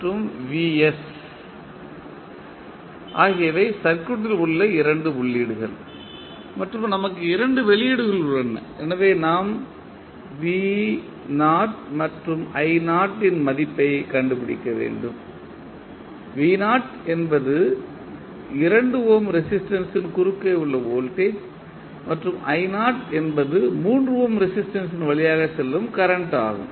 மற்றும் ஆகியவை சர்க்யூட் ல் உள்ள இரண்டு உள்ளீடுகள் மற்றும் நமக்கு இரண்டு வெளியீடுகள் உள்ளன எனவே நாம் மற்றும் இன் மதிப்பைக் கண்டுபிடிக்க வேண்டும் என்பது 2 ஓம் ரெசிஸ்டன்ஸ் ன் குறுக்கே உள்ள வோல்டேஜ் மற்றும் என்பது 3 ஓம் ரெசிஸ்டன்ஸ் ன் வழியாக செல்லும் கரண்ட் ஆகும்